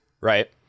right